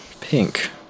Pink